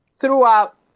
throughout